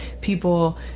people